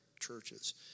churches